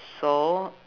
so